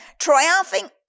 triumphing